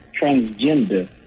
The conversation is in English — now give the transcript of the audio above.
transgender